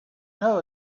know